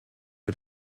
que